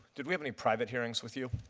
did we have any private hearings with you?